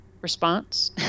response